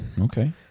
Okay